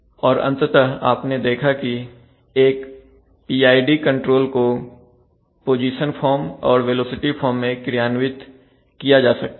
और अंततः आपने देखा कि एक PID कंट्रोल को पोजीशन फॉर्म और वेलोसिटी फॉर्म में क्रियान्वित किया जा सकता है